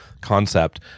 concept